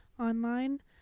online